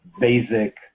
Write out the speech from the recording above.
basic